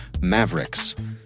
Mavericks